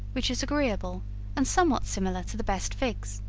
which is agreeable and somewhat similar to the best figs.